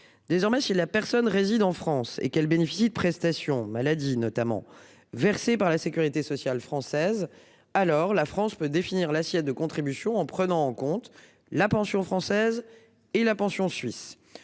Désormais, si la personne résident en France et qu'elles bénéficient de prestations maladie notamment versé par la sécurité sociale française. Alors la France peut définir l'assiette de contributions en prenant en compte la pension française et la pension suisses.